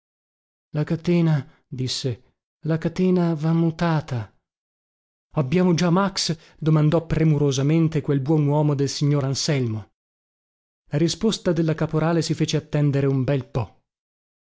la catena disse la catena va mutata abbiamo già max domandò premurosamente quel buon uomo del signor anselmo la risposta della caporale si fece attendere un bel po